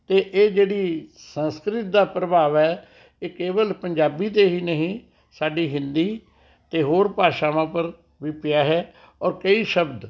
ਅਤੇ ਇਹ ਜਿਹੜੀ ਸੰਸਕ੍ਰਿਤ ਦਾ ਪ੍ਰਭਾਵ ਹੈ ਇਹ ਕੇਵਲ ਪੰਜਾਬੀ 'ਤੇ ਹੀ ਨਹੀਂ ਸਾਡੀ ਹਿੰਦੀ ਅਤੇ ਹੋਰ ਭਾਸ਼ਾਵਾਂ ਪਰ ਵੀ ਪਿਆ ਹੈ ਔਰ ਕਈ ਸ਼ਬਦ